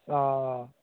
অঁ